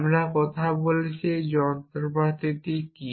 আমরা কথা বলছি এই যন্ত্রপাতি কি